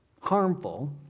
harmful